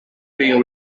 been